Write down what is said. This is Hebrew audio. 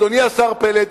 אדוני השר פלד,